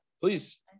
Please